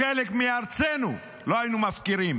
חלק מארצנו, לא היינו מפקירים